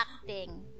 acting